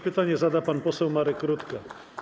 Pytanie zada pan poseł Marek Rutka.